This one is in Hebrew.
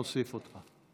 אנחנו נוסיף אותך.